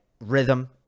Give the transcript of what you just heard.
rhythm